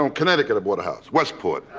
um connecticut i bought a house. westport.